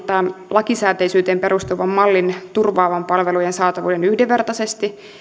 lakisääteisyyteen perustuvan mallin turvaavan palvelujen saatavuuden yhdenvertaisesti